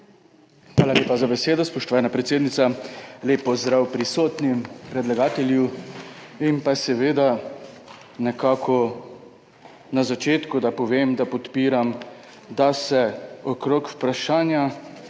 Hvala lepa za besedo, spoštovana predsednica. Lep pozdrav prisotnim, predlagatelju! Na začetku naj povem, da podpiram, da se okrog vprašanja